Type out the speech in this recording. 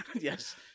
Yes